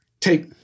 take